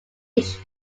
each